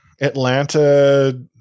Atlanta